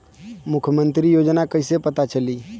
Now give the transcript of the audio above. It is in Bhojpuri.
मुख्यमंत्री योजना कइसे पता चली?